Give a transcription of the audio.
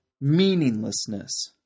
meaninglessness